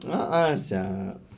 a'ah seh